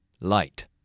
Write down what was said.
Light